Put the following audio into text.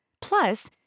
Plus